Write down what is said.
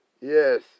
Yes